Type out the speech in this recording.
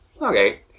Okay